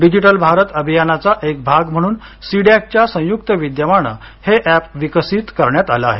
digital Bharat अभियानाचा एक भाग म्हणून सी डॅक च्या संयुक्त विद्यमाने हे अॅप विकसित करण्यात आलं आहे